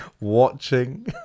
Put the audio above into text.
Watching